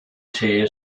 tier